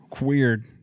Weird